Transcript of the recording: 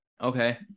Okay